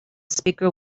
speaker